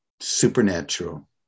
supernatural